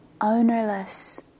ownerless